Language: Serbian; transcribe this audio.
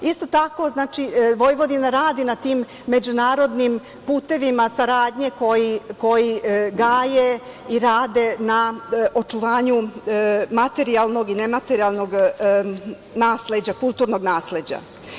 Isto tako, Vojvodina radi na tim međunarodnim putevima saradnje koji gaje i rade na očuvanju materijalnog i nematerijalnog kulturnog nasleđa.